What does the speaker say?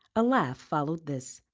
a laugh followed this.